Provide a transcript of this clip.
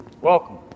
Welcome